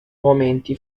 momenti